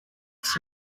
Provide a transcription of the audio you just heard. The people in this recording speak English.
its